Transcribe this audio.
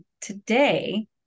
today